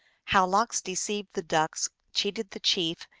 how lox deceived the ducks, cheated the chief,